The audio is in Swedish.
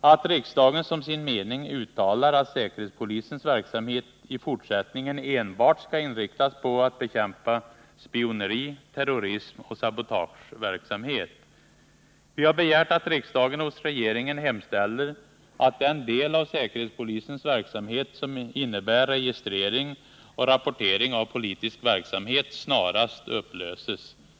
att riksdagen som sin mening uttalar att säkerhetspolisens verksamhet i fortsättningen skall inriktas på att bekämpa spioneri, terrorism och sabotageverksamhet. Vi har begärt att riksdagen hos regeringen hemställer att den del av säkerhetspolisens verksamhet som innebär registrering och rapportering av politisk verksamhet snarast upplyses.